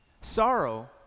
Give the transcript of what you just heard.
Sorrow